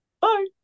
Bye